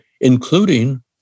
including